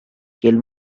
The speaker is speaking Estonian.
kel